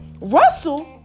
Russell